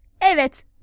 Evet